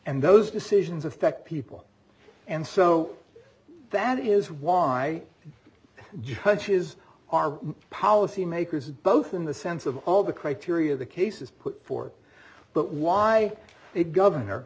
and those decisions affect people and so that is why judges are policy makers both in the sense of all the criteria the cases put forward but why it governor